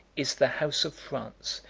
is the house of france,